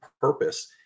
purpose